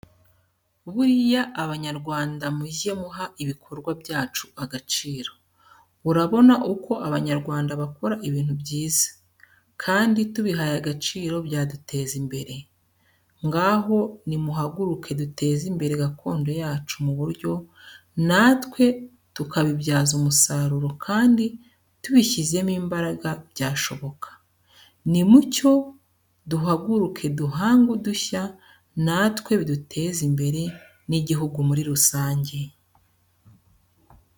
Buriya Abanyarwanda mujye muha ibikorwa byacu agaciro, urabona uko Abanyarwanda bakora ibintu byiza, kandi tubihaye agaciro byaduteza imbere. Ngaho nimuhaguruke duteze imbere gakondo yacu mu buryo natwe tukabibyaza umusaruro kandi tubishyizemo imbaraga byashoboka. Nimucyo duhaguruke duhange udushya natwe biduteze imbere n'igihugu muri rusange.